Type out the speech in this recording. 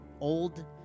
old